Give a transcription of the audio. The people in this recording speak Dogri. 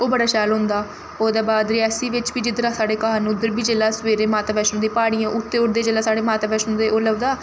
ओह् बड़ा शैल होंदा ओह्दे बाद रियासी बिच्च बी जिद्धरा साढ़े घर न उद्धर बी जेल्लै अस माता बैष्णो दी प्हाड़ियें उठदे उठदे जेल्लै साढ़े माता बैष्णो दा ओह् लभदा